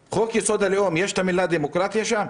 לא,